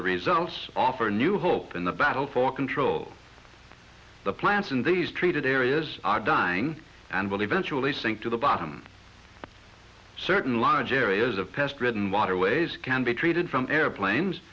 the results offer new hope in the battle for control the plants in these treated areas are dying and will eventually sink to the bottom certain large areas of pest ridden waterways can be treated from airplanes